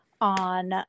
on